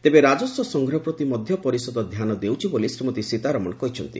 ତେବେ ରାଜସ୍ୱ ସଂଗ୍ରହ ପ୍ରତି ମଧ୍ୟ ପରିଷଦ ଧ୍ୟାନ ଦେଉଛି ବୋଲି ଶ୍ରୀମତୀ ସୀତାରମଣ କହିଛନ୍ତି